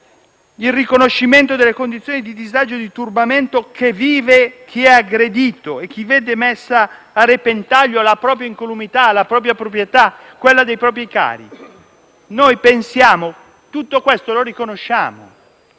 il riconoscimento delle condizioni di disagio e di turbamento che vive chi è aggredito e chi vede messa a repentaglio la propria incolumità, la propria proprietà e quella dei propri cari. Tutto questo lo riconosciamo,